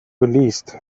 geleast